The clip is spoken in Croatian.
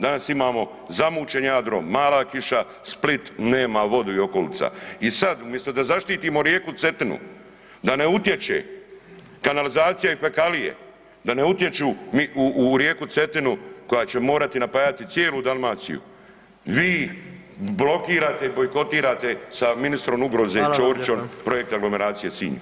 Danas imamo zamućeni Jadro, mala kiša, Split nema vodu i okolica i sada umjesto da zaštitimo rijeku Cetinu da na utječe kanalizacija i fekalije da ne utječu rijeku Cetinu koja će morati napajati cijelu Dalmaciju, vi blokirate i bojkotirate sa ministrom ugroze Ćorićom projekt aglomeracije Sinj.